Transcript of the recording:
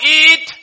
eat